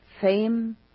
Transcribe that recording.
fame